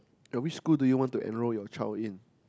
which school do you want to enroll your child in